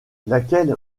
laquelle